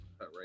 right